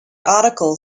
article